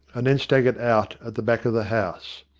and then staggered out at the back of the house.